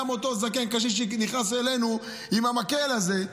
גם אותו זקן קשיש שנכנס אלינו עם המקל הזה,